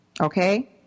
Okay